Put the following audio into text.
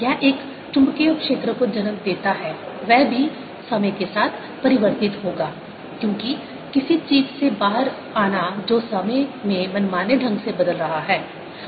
यह एक चुंबकीय क्षेत्र को जन्म देता है वह भी समय के साथ परिवर्तित होगा क्योंकि किसी चीज से बाहर आना जो समय में मनमाने ढंग से बदल रहा है